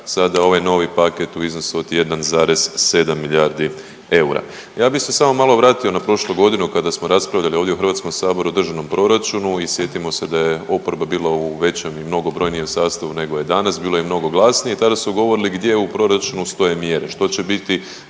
sada ovaj novi paket u iznosu od 1,7 milijardi eura. Ja bi se samo malo vratio na prošlu godinu kada smo raspravljali ovdje u Hrvatskom saboru o Državnom proračunu i sjetimo se da je oporba bila u većim i mnogo brojnijem sastavu nego je danas, bilo je i mnogo glasnije. Tada su govorili gdje u proračunu stoje mjere. Što će biti